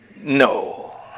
no